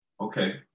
okay